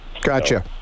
Gotcha